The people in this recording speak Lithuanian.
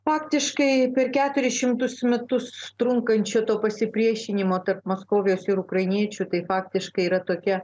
faktiškai per keturis šimtus metus trunkančių to pasipriešinimo tarp maskovės ir ukrainiečių tai faktiškai yra tokia